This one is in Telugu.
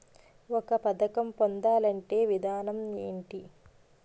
ఒక పథకం పొందాలంటే విధానం ఏంటి?